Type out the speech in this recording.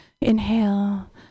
Inhale